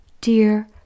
Dear